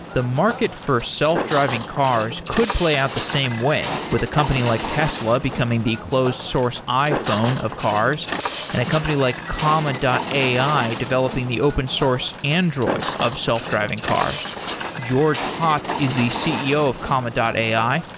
the market for self driving cars could play out the same way, with a company like tesla becoming the closed source iphone of cars and a company like comma and ai developing the open-source android of self-driving cars george hotz is the ceo of comma and ai.